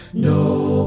No